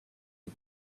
and